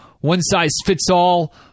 one-size-fits-all